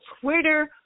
Twitter